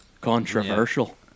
controversial